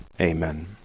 amen